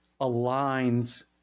aligns